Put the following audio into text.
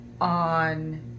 on